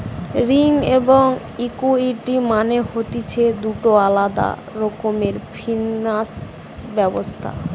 ঋণ এবং ইকুইটি মানে হতিছে দুটো আলাদা রকমের ফিনান্স ব্যবস্থা